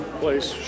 place